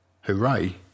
Hooray